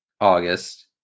august